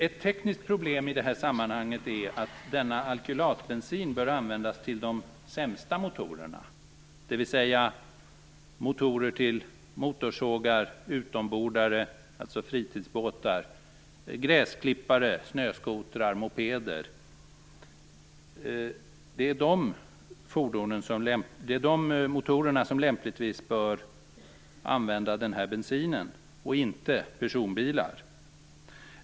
Ett tekniskt problem i det här sammanhanget är att denna alkylatbensin bör användas till de sämsta motorerna, dvs. motorer till motorsågar, utombordare - alltså fritidsbåtar -, gräsklippare, snöskotrar, mopeder. Det är de motorerna som lämpligtvis bör använda den här bensinen och inte personbilar.